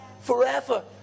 forever